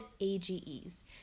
AGEs